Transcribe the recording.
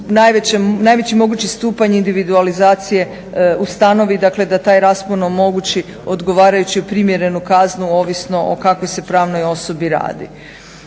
najveći mogući stupanj individualizacije ustanovi. Dakle, da taj raspon omogući odgovarajuće primjerenu kaznu ovisno o kakvoj se pravnoj osobi radi.